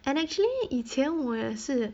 and actually 以前我也是